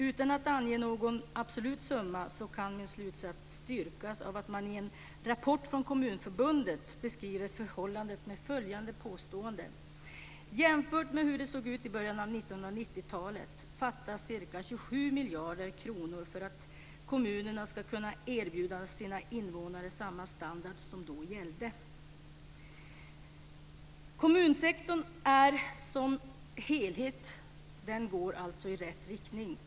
Utan att ange någon absolut summa kan min slutsats styrkas av att man i en rapport från Kommunförbundet beskriver förhållandet med följande påstående: Jämfört med hur det såg ut i början av 1990-talet fattas ca 27 miljarder kronor för att kommunerna ska kunna erbjuda sina invånare samma standard som då gällde. Kommunsektorn som helhet går i rätt riktning.